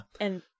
And-